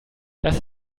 das